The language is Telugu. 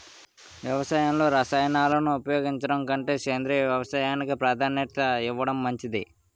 వ్యవసాయంలో రసాయనాలను ఉపయోగించడం కంటే సేంద్రియ వ్యవసాయానికి ప్రాధాన్యత ఇవ్వడం మంచిది